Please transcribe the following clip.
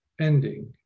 ending